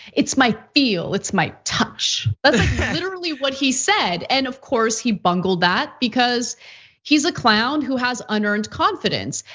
it's my feel, it's my touch. that's but literally what he said. and of course, he bungled that because he's a clown who has unearned confidence.